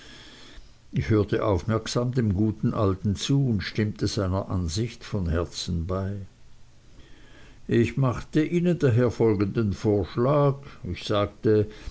ich hörte aufmerksam dem guten alten zu und stimmte seiner ansicht von herzen bei ich machte ihnen daher folgenden vorschlag ich sagte